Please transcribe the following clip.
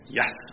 yes